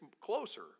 closer